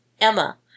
Emma